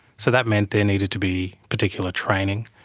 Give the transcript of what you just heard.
so that meant there needed to be particular training,